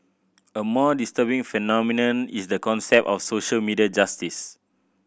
a more disturbing phenomenon is the concept of social media justice